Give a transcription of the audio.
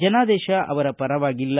ಜನಾದೇಶ ಅವರ ಪರವಾಗಿಲ್ಲ